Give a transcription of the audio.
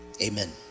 Amen